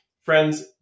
Friends